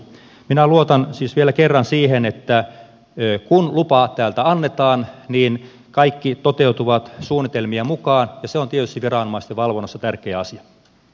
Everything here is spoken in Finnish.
minä luotan siis vielä kerran siihen että kun lupa täältä annetaan niin kaikki toteutuvat suunnitelmien mukaan ja se on tietysti viranomaisten valvonnassa tärkeä asia